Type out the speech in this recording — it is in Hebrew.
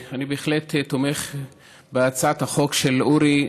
אני בהחלט תומך בהצעת החוק של אורי.